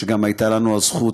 גם הייתה לנו הזכות,